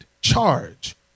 charge